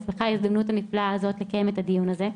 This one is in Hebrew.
ואני שמחה על ההזדמנות הנפלאה הזאת לקיים את הדיון הזה.